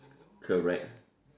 correct